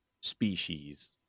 species